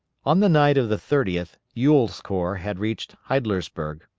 on the night of the thirtieth ewell's corps had reached heidlersburg,